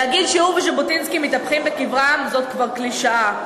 להגיד שהוא וז'בוטינסקי מתהפכים בקברם זאת כבר קלישאה.